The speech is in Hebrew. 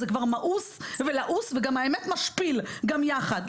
זה כבר מאוס, לעוס ומשפיל גם יחד.